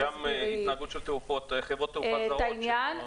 וגם התנהגות של חברות תעופה זרות.